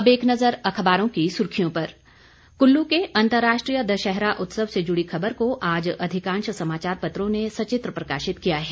अब एक नजर अखबारों की सुर्खियों पर कुल्लू के अंतर्राष्ट्रीय दशहरा उत्सव से जुड़ी खबर को आज अधिकांश समाचार पत्रों ने सचित्र प्रकाशित किया है